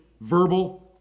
verbal